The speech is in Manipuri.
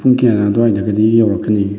ꯄꯨꯡ ꯀꯌꯥꯒꯤ ꯑꯗꯨꯋꯥꯏꯗꯒꯗꯤ ꯌꯧꯔꯛꯀꯅꯤ